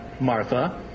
Martha